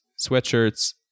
sweatshirts